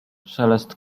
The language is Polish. szelest